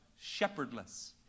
shepherdless